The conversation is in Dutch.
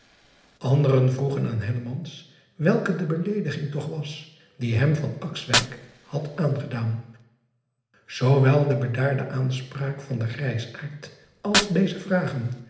nderen vroegen aan welke de beleediging toch was die hem had aangedaan oowel de bedaarde aanspraak van den grijsaard als deze vragen